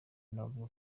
navuga